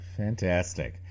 fantastic